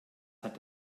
hat